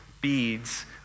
beads